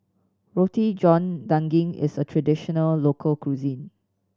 Roti John Daging is a traditional local cuisine